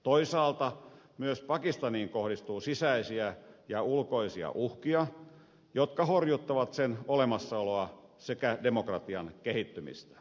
toisaalta myös pakistaniin kohdistuu sisäisiä ja ulkoisia uhkia jotka horjuttavat sen olemassaoloa sekä demokratian kehittymistä